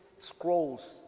scrolls